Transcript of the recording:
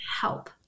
help